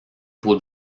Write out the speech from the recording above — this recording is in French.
pots